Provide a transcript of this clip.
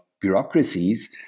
bureaucracies